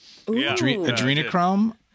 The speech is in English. Adrenochrome